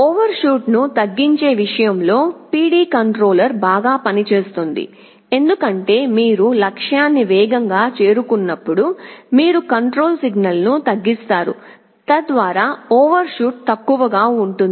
ఓవర్షూట్ను తగ్గించే విషయంలో PD controller బాగా పనిచేస్తుంది ఎందుకంటే మీరు లక్ష్యాన్ని వేగంగా చేరుకున్నప్పుడు మీరు కంట్రోల్ సిగ్నల్ను తగ్గిస్తారు తద్వారా ఓవర్షూట్ తక్కువగా ఉంటుంది